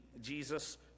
Jesus